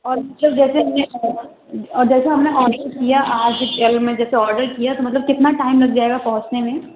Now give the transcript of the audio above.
اچھا جیسے ہم نے جیسا ہم نے آڈر کیا آج کے سیل میں آڈر کیا تو مطلب کتنا ٹائم لگ جائے گا پہنچنے میں